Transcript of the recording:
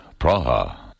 Praha